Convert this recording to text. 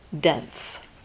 dense